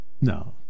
No